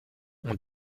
ont